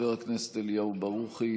חבר הכנסת אליהו ברוכי,